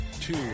two